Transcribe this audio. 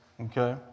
Okay